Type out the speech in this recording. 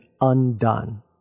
undone